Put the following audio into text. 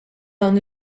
dawn